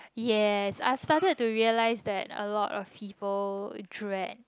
yes I started to realize that a lot of people dread